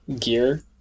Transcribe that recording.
gear